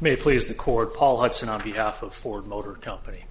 may please the court paul hudson on behalf of ford motor company